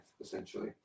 essentially